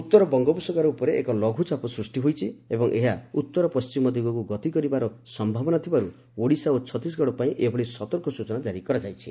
ଉତ୍ତର ବଙ୍ଗୋପସାଗର ଉପରେ ଏକ ଲଘୁଚାପ ସୃଷ୍ଟି ହୋଇଛି ଓ ଏହା ଉତ୍ତର ପଣ୍ଟିମ ଦିଗକୁ ଗତି କରିବାର ସମ୍ଭାବନା ଥିବାରୁ ଓଡ଼ିଶା ଓ ଛତିଶଗଡ଼ ପାଇଁ ଏଭଳି ସତର୍କ ସୂଚନା କାରୀ କରାଯାଇଛି